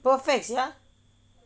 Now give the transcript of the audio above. perfect sia